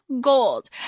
gold